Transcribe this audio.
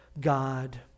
God